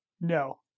no